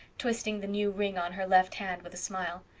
twisting the new ring on her left hand with a smile.